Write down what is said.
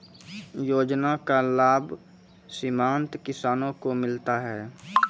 योजना का लाभ सीमांत किसानों को मिलता हैं?